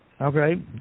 okay